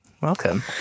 Welcome